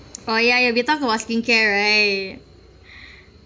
oh ya ya we talked about skincare right